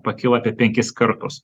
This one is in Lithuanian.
pakilo apie penkis kartus